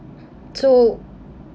so